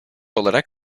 olarak